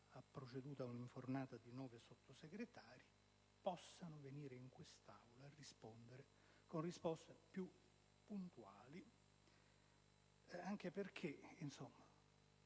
ha provveduto a un'infornata di nove Sottosegretari, questi possano venire in quest'Aula a rispondere con risposte più puntuali, anche perché - lo